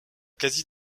quasi